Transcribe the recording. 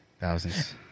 Thousands